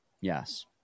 Yes